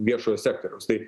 viešojo sektoriaus tai